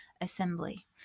assembly